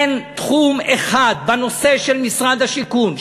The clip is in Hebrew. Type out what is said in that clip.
אין תחום אחד בנושא של משרד השיכון,